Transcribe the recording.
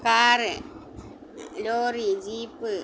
car lorry jeep